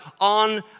on